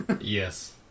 Yes